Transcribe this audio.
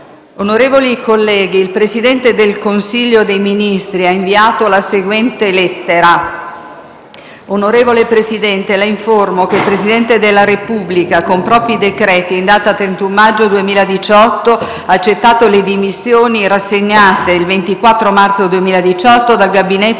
Onorevoli colleghi, comunico che il Presidente del Consiglio dei ministri ha inviato la seguente lettera: «Onorevole Presidente, La informo che il Presidente della Repubblica, con propri decreti in data 31 maggio 2018, ha accettato le dimissioni rassegnate il 24 marzo 2018 dal Gabinetto